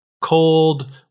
cold